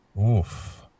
Oof